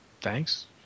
thanks